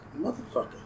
motherfucker